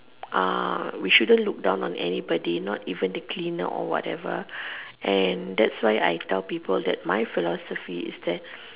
uh we shouldn't look down on anybody not even the cleaner or whatever and that's why I tell people that my philosophy is that